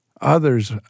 others